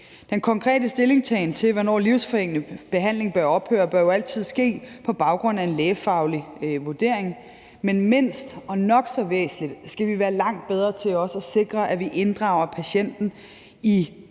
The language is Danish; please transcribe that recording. Den konkrete stillingtagen til, hvornår en livsforlængende behandling bør ophøre, bør jo altid ske på baggrund af en lægefaglig vurdering. Men ikke mindst og nok så væsentligt skal vi også være langt bedre til at sikre, at vi inddrager patienten i